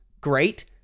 great